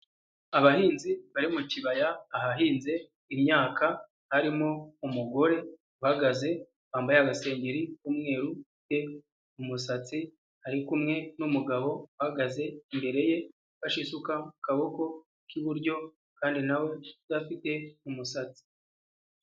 Abahinzi bari mu kibaya ahahinze imyaka, harimo umugore uhagaze wambaye agasengeri k'umweru, ufite umusatsi, ari kumwe n'umugabo uhagaze imbere ye ufashe isuka mu kaboko k'iburyo kandi nawe udafite umusatsi.